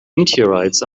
meteorites